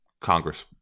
Congress